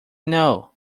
know